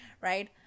right